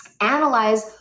analyze